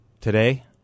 Today